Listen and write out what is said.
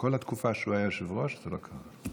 כל התקופה שהוא היה יושב-ראש זה לא קרה.